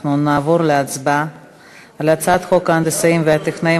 אנחנו נעבור להצבעה על הצעת חוק ההנדסאים והטכנאים